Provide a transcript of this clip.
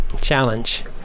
challenge